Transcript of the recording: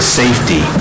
safety